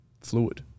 fluid